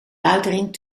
buitenring